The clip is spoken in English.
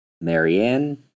Marianne